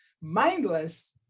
Mindless